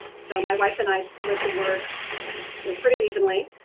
so my wife and i split the work you know pretty evenly.